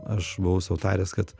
aš buvau sutaręs kad